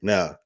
Now